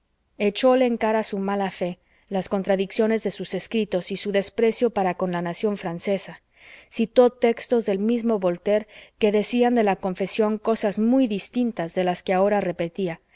echóle en cara su mala fe las contradicciones de sus escritos y su desprecio para con la nación francesa citó textos del mismo voltaire que decían de la confesión cosas muy distintas de las que ahora repetía